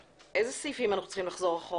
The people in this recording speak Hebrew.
על איזה סעיפים אנחנו צריכים לחזור אחורה?